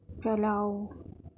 چلاؤ